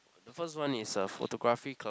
the first one is a photography club